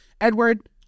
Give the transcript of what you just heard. Edward